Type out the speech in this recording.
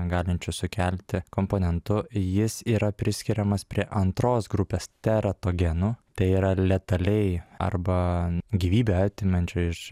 galinčių sukelti komponentų jis yra priskiriamas prie antros grupės teratogenų tai yra letaliai arba gyvybę atimančio iš